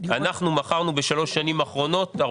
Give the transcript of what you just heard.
אתה הבנת מה שאני שואל?